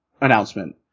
announcement